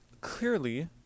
Clearly